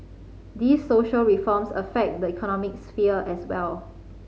these social reforms affect the economic sphere as well